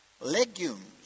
Legumes